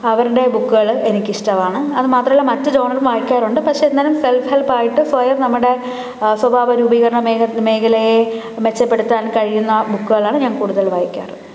അവരുടെ ബുക്കുകള് എനിക്ക് ഇഷ്ടമാണ് അത് മാത്രമല്ല മറ്റു ജേണലും വായിക്കാറുണ്ട് പക്ഷെ എന്നാലും സെൽഫ് ഹെൽപ്പായിട്ട് സ്വയം നമ്മുടെ സ്വഭാവരൂപീകരണ മേഖലയെ മെച്ചപ്പെടുത്താൻ കഴിയുന്ന ബുക്കുകളാണ് ഞാൻ കൂടുതല് വായിക്കാറ്